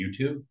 YouTube